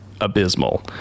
abysmal